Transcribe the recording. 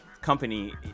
company